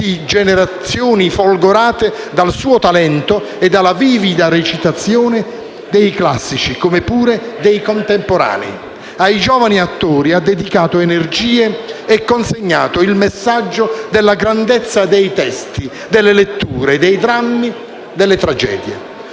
generazioni folgorate dal suo talento e dalla vivida recitazione dei classici, come pure dei contemporanei. Ai giovani attori ha dedicato energie e consegnato il messaggio della grandezza dei testi, delle letture, dei drammi e delle tragedie.